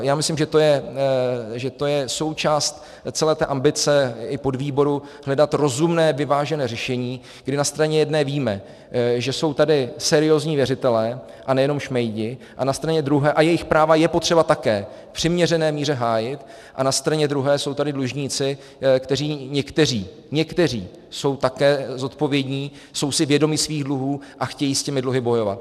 Já myslím, že to je součást celé ambice i podvýboru hledat rozumné vyvážené řešení, kdy na straně jedné víme, že jsou tady seriózní věřitelé a nejenom šmejdi, a jejich práva je potřeba také v přiměřené míře hájit, a na straně druhé jsou tady dlužníci, kteří někteří jsou také zodpovědní, jsou si vědomi svých dluhů a chtějí s těmi dluhy bojovat.